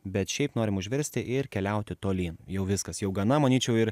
bet šiaip norime užverst ir keliauti tolyn jau viskas jau gana manyčiau ir